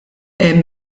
hemm